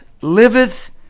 liveth